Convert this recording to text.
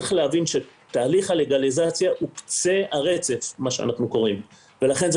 צריך להבין שתהליך הלגליזציה הוא קצה הרצף ולכן זה